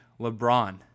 LeBron